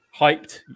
hyped